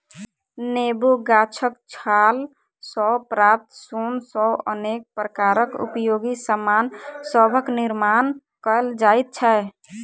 नेबो गाछक छाल सॅ प्राप्त सोन सॅ अनेक प्रकारक उपयोगी सामान सभक निर्मान कयल जाइत छै